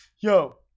Yo